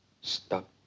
Stop